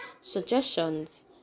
suggestions